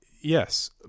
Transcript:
yes